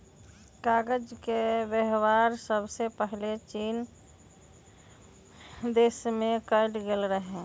कागज के वेबहार सबसे पहिले चीन देश में कएल गेल रहइ